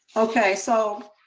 okay, so,